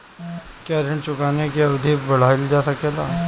क्या ऋण चुकाने की अवधि बढ़ाईल जा सकेला?